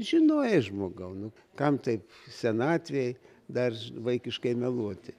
žinoj žmogau nu kam taip senatvėj dar vaikiškai meluoti